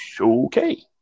Okay